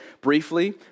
briefly